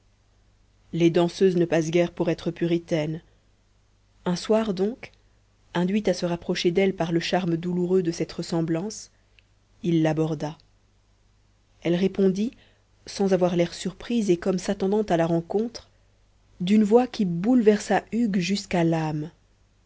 les danseuses ne passent guère pour être puritaines un soir donc induit à se rapprocher d'elle par le charme douloureux de cette ressemblance il l'aborda elle répondit sans avoir l'air surpris et comme s'attendant à la rencontre d'une voix qui bouleversa hugues jusqu'à l'âme